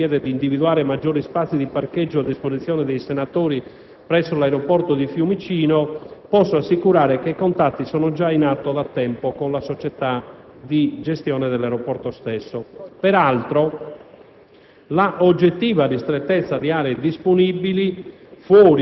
Quanto all'ordine del giorno G2, con il quale il senatore Eufemi chiede di individuare maggiori spazi di parcheggio a disposizione dei senatori presso l'aeroporto di Fiumicino, posso assicurare che i contatti sono già in atto da tempo con la società di